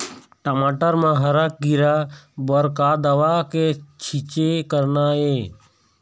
टमाटर म हरा किरा बर का दवा के छींचे करना ये?